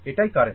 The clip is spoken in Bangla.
এটাই কারেন্ট